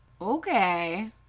Okay